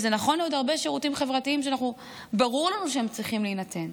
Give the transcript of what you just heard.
וזה נכון לעוד הרבה שירותים חברתיים שברור לנו שצריכים להינתן,